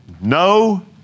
no